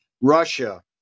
Russia